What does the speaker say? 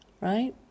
right